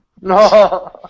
No